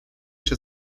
się